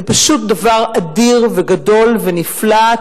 זה פשוט דבר אדיר וגדול ונפלא,